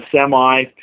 semi